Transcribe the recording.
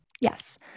Yes